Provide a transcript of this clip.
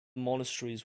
monasteries